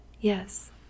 Yes